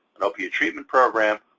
an opioid treatment program,